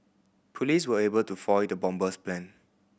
police were able to foil the bomber's plan